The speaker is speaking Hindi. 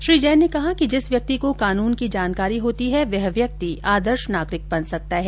श्री जैन ने कहा कि जिस व्यक्ति को कानून की जानकारी होती है वह व्यक्ति आदर्श नागरिक बन सकता है